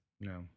No